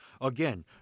Again